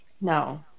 No